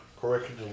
correctly